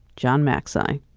john macsai.